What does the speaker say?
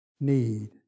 need